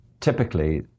typically